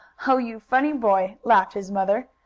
oh, you funny boy! laughed his mother,